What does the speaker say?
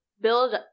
build